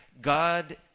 God